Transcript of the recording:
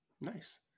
Nice